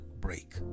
break